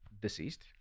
deceased